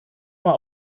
mal